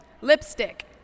lipstick